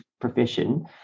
profession